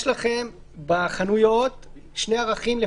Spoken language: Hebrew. יש לכם בחנויות שני ערכים,